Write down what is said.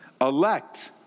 elect